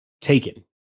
taken